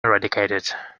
eradicated